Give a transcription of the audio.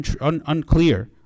unclear